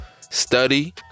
Study